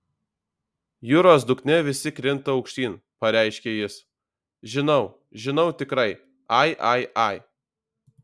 jūros dugne visi krinta aukštyn pareiškė jis žinau žinau tikrai ai ai ai